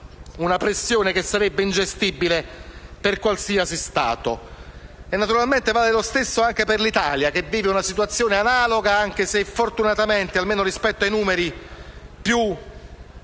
una pressione che sarebbe ingestibile per qualsiasi Stato. Naturalmente vale lo stesso anche per l'Italia, che vive una situazione analoga anche se, fortunatamente, almeno nei numeri, meno